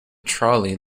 trolley